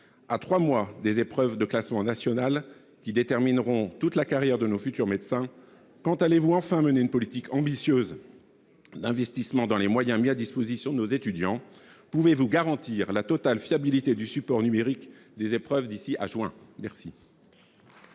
À trois mois des épreuves de classement national, qui détermineront toute la carrière de nos futurs médecins, allez-vous enfin mener une politique ambitieuse d'investissement dans les moyens mis à disposition de nos étudiants ? Pouvez-vous garantir la totale fiabilité du support numérique des épreuves d'ici au mois